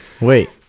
Wait